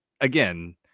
again